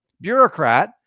bureaucrat